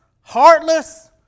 heartless